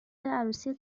عروسی